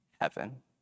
heaven